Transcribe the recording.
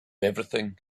everything